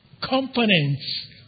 components